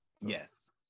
Yes